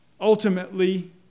ultimately